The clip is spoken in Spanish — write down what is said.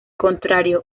contrario